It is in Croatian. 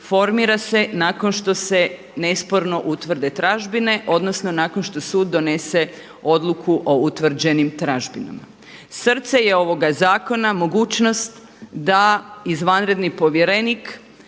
formira se nakon što se nesporno utvrde tražbine odnosno nakon što sud donese odluku o utvrđenim tražbinama. Srce je ovoga zakona mogućnost da izvanredni povjerenik